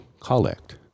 collect